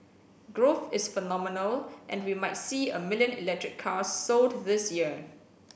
growth is phenomenal and we might see a million electric cars sold this year